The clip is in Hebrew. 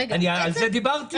אני על זה דיברתי.